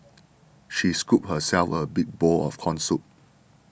she scooped herself a big bowl of Corn Soup